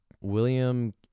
William